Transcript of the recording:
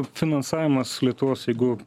finansavimas lietuvos jeigu